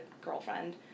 girlfriend